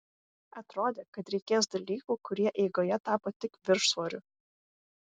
atrodė kad reikės dalykų kurie eigoje tapo tik viršsvoriu